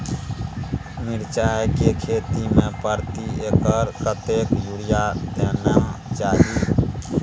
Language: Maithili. मिर्चाय के खेती में प्रति एकर कतेक यूरिया देना चाही?